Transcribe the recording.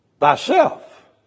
Thyself